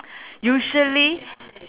usually